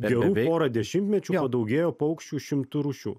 gerų pora dešimtmečių daugėjo paukščių šimtu rūšių